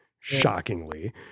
shockingly